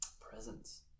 presence